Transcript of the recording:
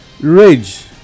rage